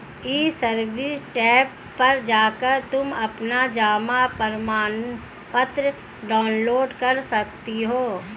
ई service tab पर जाकर तुम अपना जमा प्रमाणपत्र डाउनलोड कर सकती हो